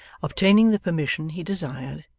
obtaining the permission he desired,